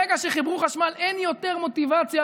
ברגע שחיברו חשמל אין יותר מוטיבציה,